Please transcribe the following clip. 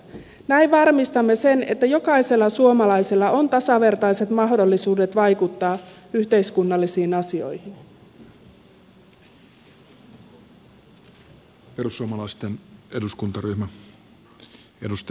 näin varmistamme sen että jokaisella suomalaisella on tasavertaiset mahdollisuudet vaikuttaa yhteiskunnallisiin asioihin